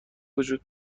وجود